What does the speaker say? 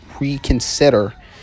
reconsider